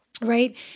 right